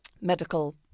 medical